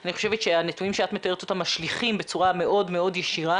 אני חושבת שהנתונים שאת מתארת אותם משליכים בצורה מאוד ישירה